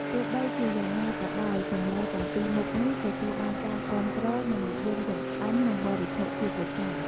ទោះបីជាយ៉ាងណាក៍ដោយសម្លទាំងពីរមុខនេះ ទទួលបានការគាំទ្រ និងនិយមចម្អិននិងបរិភោគជាប្រចាំ។